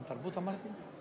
גם "התרבות" אמרתי?